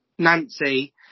nancy